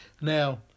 Now